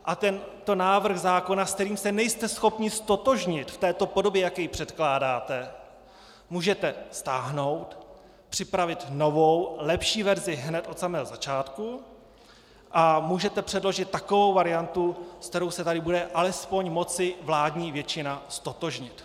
A tento návrh zákona, se kterým se nejste schopni ztotožnit v této podobě, jak jej předkládáte, můžete stáhnout, připravit novou, lepší verzi hned od samého začátku a můžete předložit takovou variantu, se kterou se tady bude alespoň moci vládní většina ztotožnit.